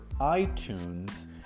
iTunes